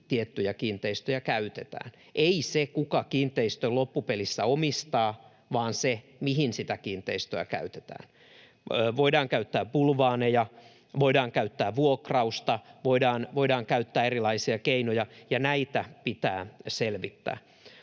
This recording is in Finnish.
tiettyjä kiinteistöjä käytetään — ei se, kuka kiinteistön loppupelissä omistaa, vaan se, mihin sitä kiinteistöä käytetään. Voidaan käyttää bulvaaneja, voidaan käyttää vuokrausta, voidaan käyttää erilaisia keinoja, ja näitä pitää selvittää.